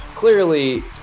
Clearly